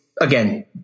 again